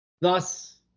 Thus